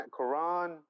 Quran